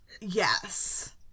Yes